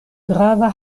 grava